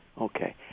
Okay